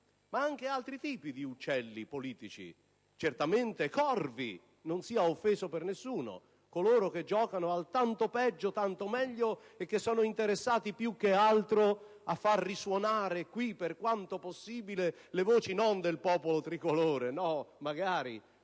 Ma anche altri tipi di uccelli politici. Certamente vi sono anche i corvi, non sia offesa per nessuno, coloro che giocano al tanto peggio tanto meglio e che sono interessati più che altro a far risuonare qui, per quanto possibile, le voci non del popolo tricolore (magari!),